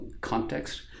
context